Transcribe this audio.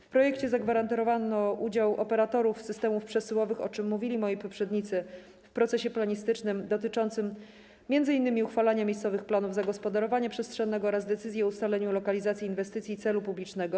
W projekcie zagwarantowano udział operatorów systemów przesyłowych - mówili o tym moi poprzednicy - w procesie planistycznym dotyczącym m.in. uchwalania miejscowych planów zagospodarowania przestrzennego oraz podejmowania decyzji o ustaleniu lokalizacji inwestycji celu publicznego.